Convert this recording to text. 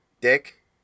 Dick